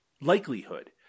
likelihood